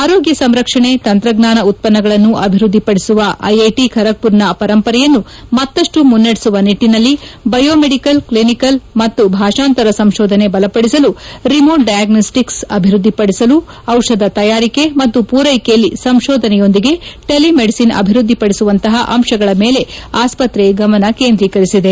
ಆರೋಗ್ಯ ಸಂರಕ್ಷಣೆ ತಂತ್ರಜ್ಞಾನ ಉತ್ಸನ್ನಗಳನ್ನು ಅಭಿವ್ವದ್ಲಿ ಪಡಿಸುವ ಐಐಟಿ ಖರಗ್ಪುರ್ನ ಪರಂಪರೆಯನ್ನು ಮತ್ತಷ್ಟು ಮುನ್ನಡೆಸುವ ನಿಟ್ಟಿನಲ್ಲಿ ಬಯೋಮೆಡಿಕಲ್ ಕ್ಲಿನಿಕಲ್ ಮತ್ತು ಭಾಷಾಂತರ ಸಂಶೋಧನೆ ಬಲಪಡಿಸಲು ರಿಮೋಟ್ ಡಯಾಗ್ನೋಸ್ಟಿಕ್ಸ್ ಅಭಿವೃದ್ದಿ ಪದಿಸಲು ಔಷಧ ತಯಾರಿಕೆ ಮತ್ತು ಪೂರೈಕೆಯಲ್ಲಿ ಸಂಶೋಧನೆಯೊಂದಿಗೆ ಟೆಲಿ ಮೆಡಿಸಿನ್ ಅಭಿವ್ವದ್ದಿಪದಿಸುವಂತಹ ಅಂಶಗಳ ಮೇಲೆ ಆಸ್ವತ್ರೆ ಗಮನ ಕೇಂದ್ರೀಕರಿಸಲಿದೆ